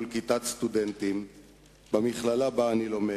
מול כיתת סטודנטים במכללה שבה אני לומד,